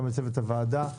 גם לצוות הוועדה,